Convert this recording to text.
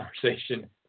conversation